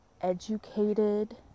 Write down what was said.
educated